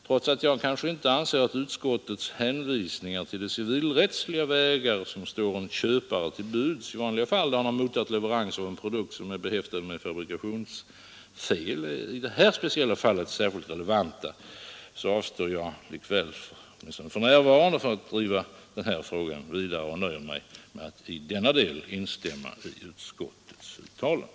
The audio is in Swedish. Trots att jag inte anser att utskottets hänvisningar till de civilrättsliga vägar som står en köpare till buds i vanliga fall, då han mottagit leverans av en produkt som är behäftad med fabrikationsfel, i det här speciella fallet är särskilt relevanta, så avstår jag därför likväl åtminstone för närvarande från att driva frågan vidare och nöjer mig med att i denna del instämma i utskottets uttalande.